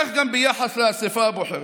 כך גם ביחס לאספה הבוחרת,